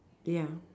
ya